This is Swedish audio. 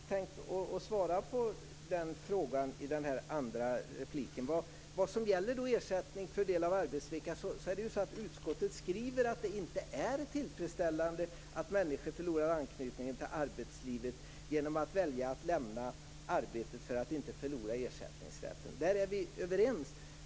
Fru talman! Jag hade just tänkt svara på den frågan i den andra repliken. Vad gäller ersättning för del av arbetsvecka skriver utskottet att det inte är tillfredsställande att människor förlorar anknytningen till arbetslivet genom att välja att lämna arbetet för att inte förlora ersättningsrätten. Där är vi överens.